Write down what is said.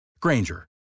Granger